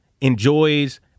enjoys